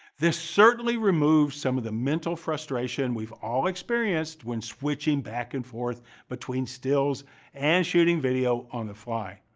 this certainly removes some of the mental frustration we've all experienced when switching back and forth between stills and shooting video on the fly.